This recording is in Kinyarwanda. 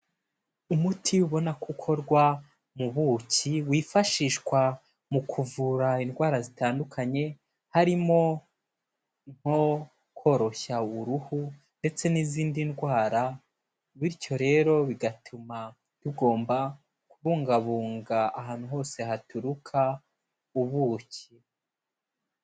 Umuti ubona ko ukorwa mu buki, wifashishwa mu kuvura indwara zitandukanye, harimo nko koroshya uruhu ndetse n'izindi ndwara, bityo rero bigatuma tugomba kubungabunga ahantu hose haturuka ubuki.